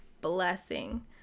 blessing